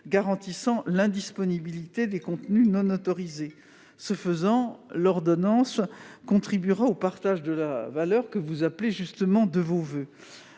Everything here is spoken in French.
garantissant l'indisponibilité des contenus non autorisés. Ce faisant, l'ordonnance contribuera au partage de la valeur que vous appelez de vos voeux.